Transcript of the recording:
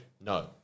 No